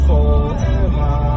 Forever